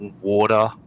water